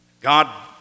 God